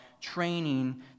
training